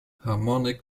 harmonic